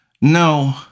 No